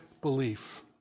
belief